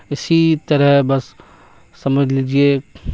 اسی طرح بس سمجھ لیجیے